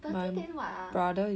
thirty then what ah